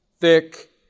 thick